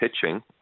pitching